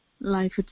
life